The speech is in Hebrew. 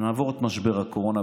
נעבור את משבר הקורונה,